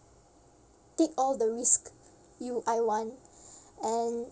take all the risks you I want and